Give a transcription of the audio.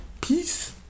peace